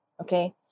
Okay